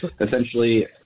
Essentially